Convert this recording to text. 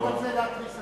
אני לא רוצה להתריס,